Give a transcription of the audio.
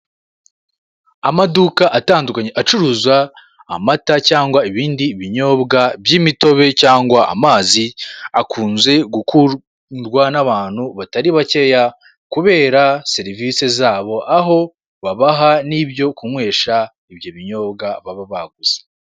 Amaduka atandukanye acuruza amata cyangwa ibindi binyobwa by'imitobe cyangwa amazi akunze gukundwa n'abantu batari bakeya kubera serivisi zabo aho babaha n'ibyo kunywesha ibyo binyobwa baba baguze.